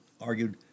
argued